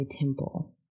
temple